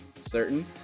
certain